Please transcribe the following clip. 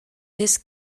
this